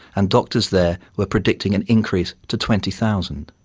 and doctors there were predicting an increase to twenty thousand.